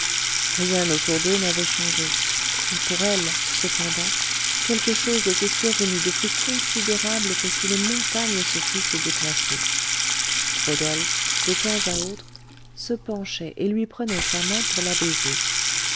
rien autour d'eux n'avait changé et pour elle cependant quelque chose était survenu de plus considérable que si les montagnes se fussent déplacées rodolphe de temps à autre se penchait et lui prenait sa main pour